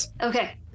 okay